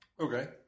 Okay